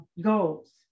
goals